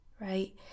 right